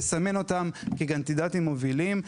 לסמן אותם כקנדידטים מובילים,